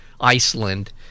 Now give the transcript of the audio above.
Iceland